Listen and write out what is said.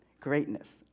greatness